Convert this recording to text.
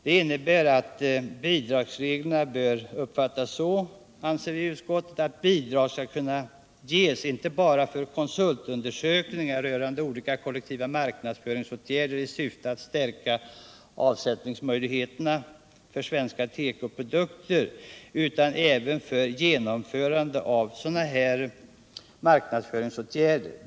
Det innebär att bidragsreglerna bör uppfattas så, anser vi, att bidrag skall kunna ges inte bara för konsultundersökningar rörande olika kollektiva marknadsföringsåtgärder i syfte att stärka avsättningsmöjligheterna för svenska tekoprodukter, utan även för genomförande av marknadsföringsåtgärder.